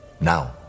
Now